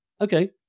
Okay